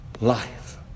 life